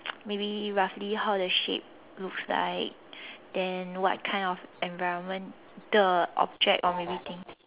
maybe roughly how the shape looks like then what kind of environment the object or maybe thing